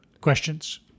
questions